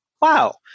wow